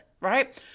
right